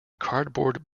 cardboard